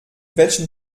welchen